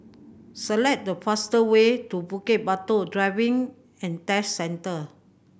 select the fastest way to Bukit Batok Driving and Test Centre